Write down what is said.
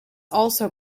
also